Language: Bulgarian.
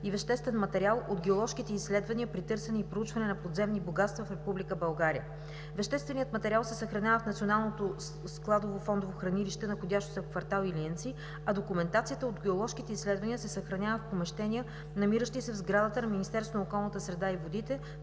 и веществен материал от геоложките изследвания при търсене и проучване на подземни богатства в Република България. Вещественият материал се съхранява в Националното складово фондово хранилище, находящо се в квартал „Илиянци“, а документацията от геоложките изследвания се съхранява в помещения, намиращи се в сградата на Министерството на околната среда и водите